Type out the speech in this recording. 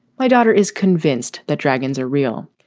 my daughter is convinced that dragons are real.